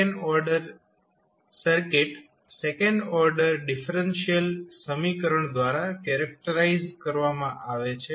second order circuit second order differential સમીકરણ દ્વારા characterise કરવામાં આવે છે